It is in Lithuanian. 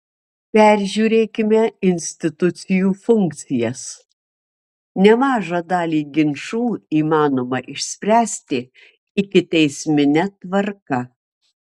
peržiūrėkime institucijų funkcijas nemažą dalį ginčų įmanoma išspręsti ikiteismine tvarka